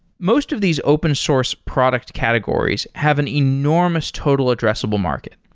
most of these open source product categories have an enormous total addressable market,